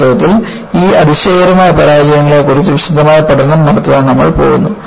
വാസ്തവത്തിൽ ഈ അതിശയകരമായ പരാജയങ്ങളെക്കുറിച്ച് വിശദമായ പഠനം നടത്താൻ നമ്മൾ പോകുന്നു